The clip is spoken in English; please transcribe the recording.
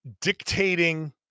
dictating